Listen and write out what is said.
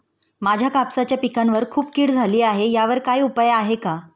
माझ्या कापसाच्या पिकावर खूप कीड झाली आहे यावर काय उपाय आहे का?